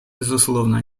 безусловно